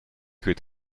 goed